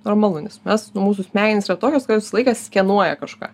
normalu nes mes nu mūsų smegenys yra tokios kad jos visą laiką skenuoja kažką